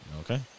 Okay